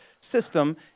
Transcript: system